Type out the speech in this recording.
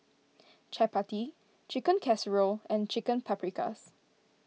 Chapati Chicken Casserole and Chicken Paprikas